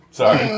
Sorry